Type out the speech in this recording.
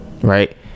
right